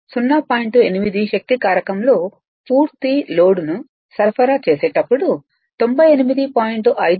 8 శక్తి కారకంలో పూర్తి లోడ్ను సరఫరా చేసేటప్పుడు 98